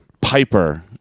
Piper